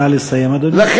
נא לסיים, אדוני.